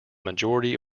majority